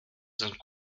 sind